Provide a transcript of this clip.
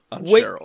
wait